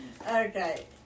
Okay